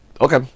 Okay